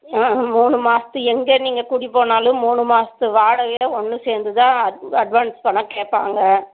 ஆ மூணு மாதத்துக்கு எங்கே நீங்கள் குடி போனாலும் மூணு மாதத்து வாடகையை ஒன்று சேர்ந்து தான் அட் அட்வான்ஸ் பணம் கேட்பாங்க